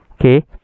okay